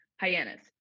hyannis